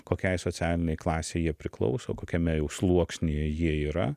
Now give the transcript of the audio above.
kokiai socialinei klasei jie priklauso kokiame jau sluoksnyje jie yra